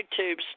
YouTubes